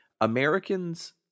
Americans